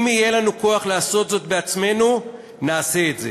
אם יהיה לנו כוח לעשות זאת בעצמנו, נעשה את זה".